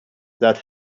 that